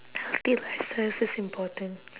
healthy lifestyle is also important